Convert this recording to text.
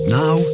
now